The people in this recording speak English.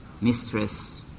mistress